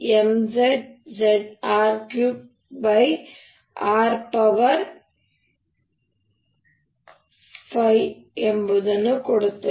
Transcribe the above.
zzrr5 ಕೊಡುತ್ತದೆ